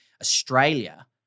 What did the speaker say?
Australia